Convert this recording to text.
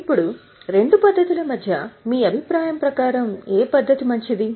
ఇప్పుడు రెండు పద్ధతుల మధ్య మీ అభిప్రాయం ప్రకారం ఏ పద్ధతి మంచిది